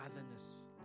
otherness